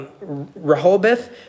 Rehoboth